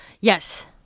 Yes